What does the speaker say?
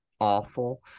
awful